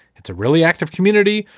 it's a really active community.